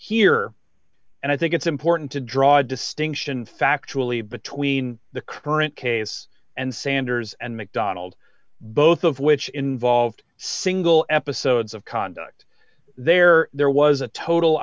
here and i think it's important to draw a distinction factually between the current case and sanders and mcdonald both of which involved single episodes of conduct there there was a total